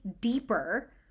deeper